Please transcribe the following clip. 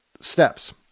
steps